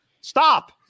Stop